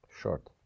Short